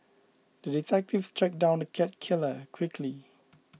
the detective tracked down the cat killer quickly